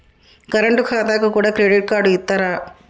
Current ఖాతాకు కూడా credit card ఇత్తరా?